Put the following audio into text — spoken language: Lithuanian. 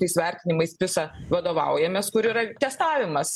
tais vertinimais pisa vadovaujamės kur yra testavimas